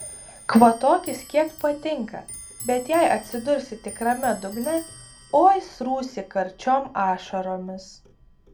kvatokis kiek patinka bet jei atsidursi tikrame dugne oi srūsi karčiom ašaromis